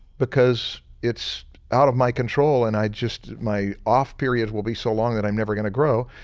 because it's out of my control and i just my off period will be so long that i'm never gonna grow,